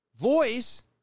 voice